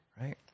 right